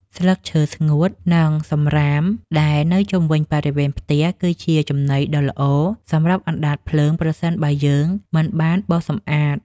ស្លឹកឈើស្ងួត និងសំរាមដែលនៅជុំវិញបរិវេណផ្ទះ គឺជាចំណីដ៏ល្អសម្រាប់អណ្តាតភ្លើងប្រសិនបើយើងមិនបានបោសសម្អាត។